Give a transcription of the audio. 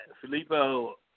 Filippo